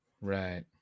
Right